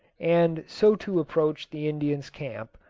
and so to approach the indians' camp,